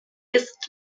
ist